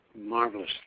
marvelous